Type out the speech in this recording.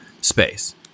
space